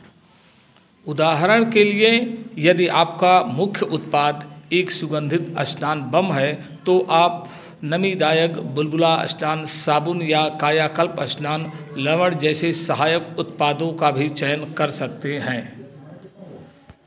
उदाहरण के लिए यदि आपका मुख्य उत्पाद एक सुगंधित स्नान बम है तो आप नमीदायक बुलबुला स्नान साबुन या कायाकल्प स्नान लवण जैसे सहायक उत्पादों का भी चयन कर सकते हैं